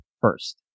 first